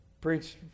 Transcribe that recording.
preach